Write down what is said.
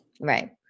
Right